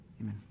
amen